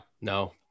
No